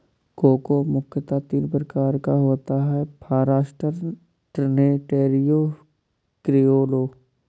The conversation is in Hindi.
कोको मुख्यतः तीन प्रकार का होता है फारास्टर, ट्रिनिटेरियो, क्रिओलो